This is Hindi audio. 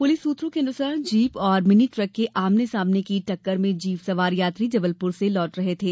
पुलिस सूत्रों के अनुसार जीप और मिनी ट्रक के आमने सामने की टक्कर में जीप सवार यात्री जबलपुर से लौट रहे थे